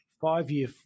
five-year